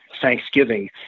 thanksgiving